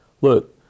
look